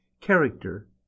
Character